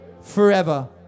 forever